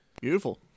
Beautiful